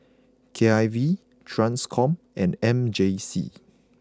K I V Transcom and M J C